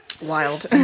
Wild